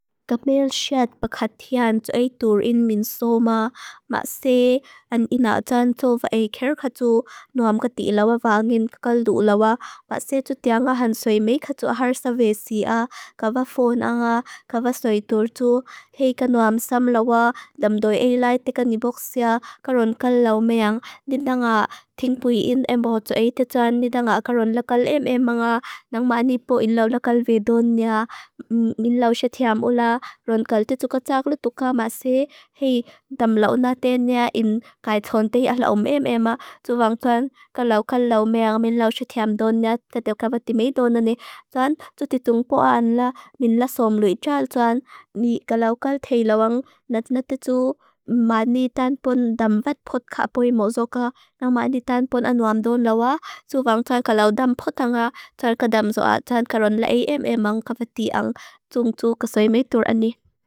Gak meil siat pakat tian tsua i turin min soma, mak se an ina atan to va e kerkatu. Noam kati lawa va angin kakal du lawa, mak se tutia nga hansui meikatu aharsa vesi a, kava phone a nga, kava tsua i turtu, hei ka noam sam lawa. Damdo e lai tekani boksia, karon kal law meang nida nga tinpuyin embo tsua i tatan, nida nga karon lakal emem a nga, nangmanipo in law lakal vedon ni a, min lau siatiam ula. Ron kal titu katsak lu tuka, mak se hei dam lau naten nga in kaithon tei ahlawm emem a, tsua vang tuan kal lau kal lau meang min lau siatiam don nga tatel kavati meidon a ne, tan, tsuti tungpo an la. Min la som lui tial, tan, ni kal lau kal tei lawang natnata tsuu manitan pon damvat pot kapoy mozok a, nangmanitan pon anuam don lawa, tsu vang tuan kal lau dam pot a nga, tar kadam zoa, tan karon lakal emem a kavati ang tung tsuo kasoy meitur a ne.